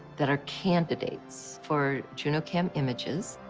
that are candidates for junocam images.